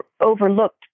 overlooked